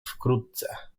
wkrótce